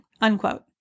unquote